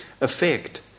affect